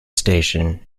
station